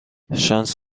شانس